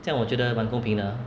这样我觉得还蛮公平的